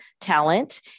talent